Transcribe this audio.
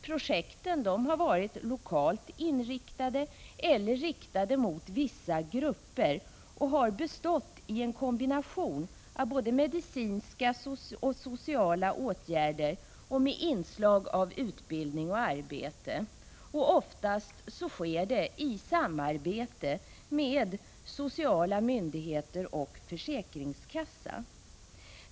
Projekten har varit lokalt inriktade eller riktade mot vissa grupper och har bestått i en kombination av både medicinska och sociala åtgärder med inslag av utbildning och arbete, oftast i samarbete med sociala myndigheter och försäkringskassa.